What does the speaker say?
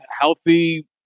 healthy